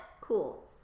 Cool